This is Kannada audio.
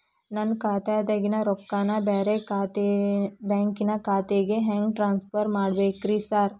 ನನ್ನ ಖಾತ್ಯಾಗಿನ ರೊಕ್ಕಾನ ಬ್ಯಾರೆ ಬ್ಯಾಂಕಿನ ಖಾತೆಗೆ ಹೆಂಗ್ ಟ್ರಾನ್ಸ್ ಪರ್ ಮಾಡ್ಬೇಕ್ರಿ ಸಾರ್?